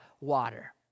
water